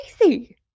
crazy